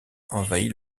envahit